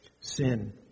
sin